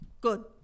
Good